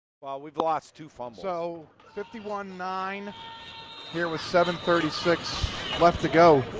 while we lost two fumbles. so fifty one nine here with seven thirty six left to go.